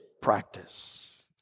practice